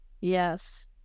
Yes